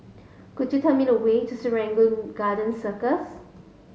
could you tell me the way to Serangoon Garden Circus